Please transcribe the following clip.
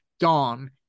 gone